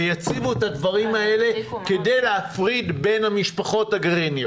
ויציבו את הדברים האלה כדי להפריד בין המשפחות הגרעיניות.